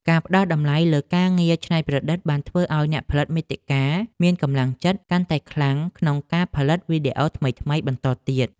ការផ្ដល់តម្លៃលើការងារច្នៃប្រឌិតបានធ្វើឱ្យអ្នកផលិតមាតិកាមានកម្លាំងចិត្តកាន់តែខ្លាំងក្នុងការផលិតវីដេអូថ្មីៗបន្តទៀត។